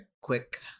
quick